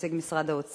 כנציג משרד האוצר,